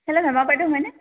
hello Hema বাইদেউ হয় নে